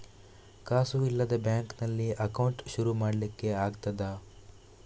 ಕಾಸು ಇಲ್ಲದ ಬ್ಯಾಂಕ್ ನಲ್ಲಿ ಅಕೌಂಟ್ ಶುರು ಮಾಡ್ಲಿಕ್ಕೆ ಆಗ್ತದಾ?